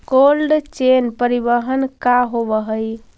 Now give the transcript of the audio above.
Cold chain परिवहन का होव हइ?